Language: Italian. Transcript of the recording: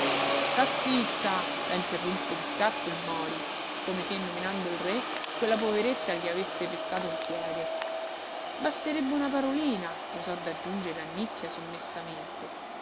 sta zitta la interruppe di scatto il mori come se nominando il re quella poveretta gli avesse pestato un piede basterebbe una parolina osò d'aggiungere annicchia sommessamente